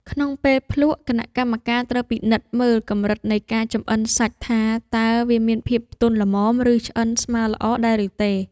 ក្នុងពេលភ្លក្ស គណៈកម្មការត្រូវពិនិត្យមើលកម្រិតនៃការចម្អិនសាច់ថា តើវាមានភាពទន់ល្មម ឬឆ្អិនស្មើល្អដែរឬទេ។